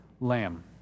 lamb